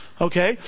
okay